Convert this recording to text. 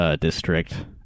district